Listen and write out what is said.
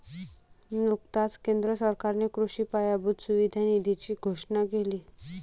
नुकताच केंद्र सरकारने कृषी पायाभूत सुविधा निधीची घोषणा केली